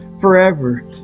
forever